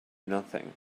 nothing